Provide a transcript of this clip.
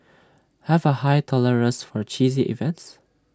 have A high tolerance for cheesy events